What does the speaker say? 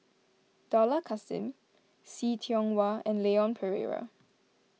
Dollah Kassim See Tiong Wah and Leon Perera